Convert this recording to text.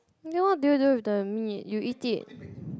then what do you do with the meat you eat it